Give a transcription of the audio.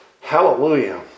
Hallelujah